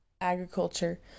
agriculture